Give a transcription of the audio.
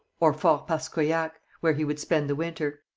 or fort paskoyac, where he would spend the winter.